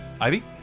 Ivy